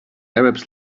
arabs